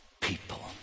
people